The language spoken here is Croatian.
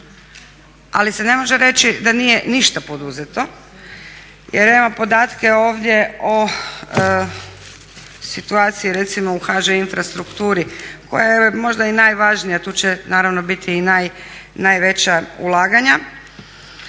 ali se ne može reći da nije ništa poduzeto jer ja imam podatke ovdje o situaciji recimo u HŽ-Infrastrukturi koja je možda i najvažnija, tu će naravno biti i najveća ulaganja.